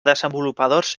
desenvolupadors